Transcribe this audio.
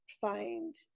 find